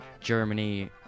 Germany